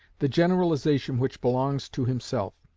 the generalization which belongs to himself,